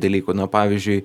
dalykų na pavyzdžiui